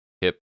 hip